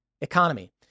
economy